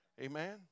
Amen